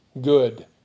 good